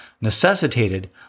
necessitated